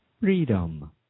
Freedom